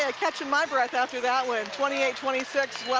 ah catching my breath after that one, twenty eight twenty six,